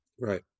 right